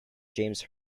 james